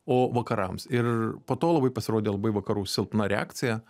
o vakarams ir po to labai pasirodė labai vakarų silpna reakcija